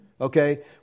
okay